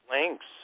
links